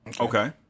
Okay